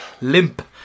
limp